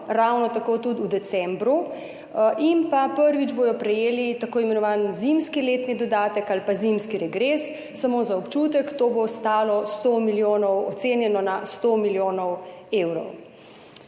ravno tako tudi v decembru, in prvič bodo prejeli tako imenovani zimski letni dodatek ali pa zimski regres, samo za občutek, to bo stalo, ocenjeno je na 100 milijonov evrov.